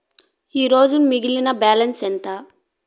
ఈరోజు మిగిలిన బ్యాలెన్స్ ఎంత?